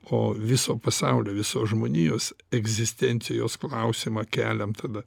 o viso pasaulio visos žmonijos egzistencijos klausimą keliam tada